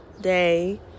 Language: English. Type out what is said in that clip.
day